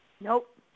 Nope